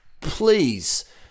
please